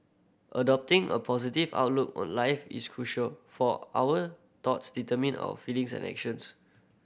adopting a positive outlook on life is crucial for our thoughts determine our feelings and actions